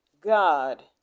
God